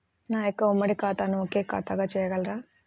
నా యొక్క ఉమ్మడి ఖాతాను ఒకే ఖాతాగా చేయగలరా?